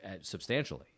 substantially